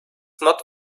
not